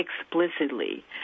explicitly